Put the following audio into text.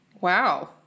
Wow